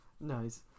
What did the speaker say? Nice